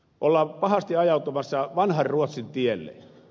ollaan pahasti ajautumassa vanhan ruotsin tielle